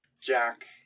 jack